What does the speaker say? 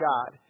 God